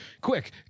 quick